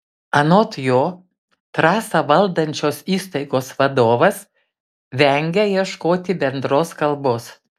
anot jo trasą valdančios įstaigos vadovas vengia ieškoti bendros kalbos